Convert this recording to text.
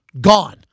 gone